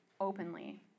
openly